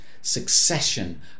succession